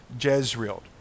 Jezreel